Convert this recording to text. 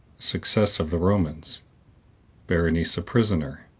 success of the romans berenice a prisoner